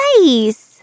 nice